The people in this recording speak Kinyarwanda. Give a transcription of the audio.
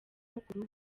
mukuru